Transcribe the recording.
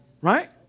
right